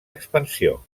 expansió